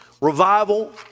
revival